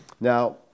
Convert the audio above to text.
Now